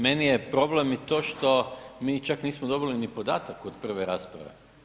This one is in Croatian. Meni je problem i to što, mi čak nismo dobili ni podatak od prve rasprave.